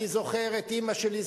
אני זוכר את אמא שלי,